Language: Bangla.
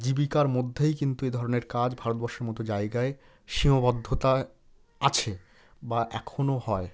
জীবিকার মধ্যেই কিন্তু এধরনের কাজ ভারতবর্ষের মতো জায়গায় সীমাবদ্ধতা আছে বা এখনও হয়